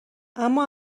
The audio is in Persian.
اما